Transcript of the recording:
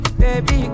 baby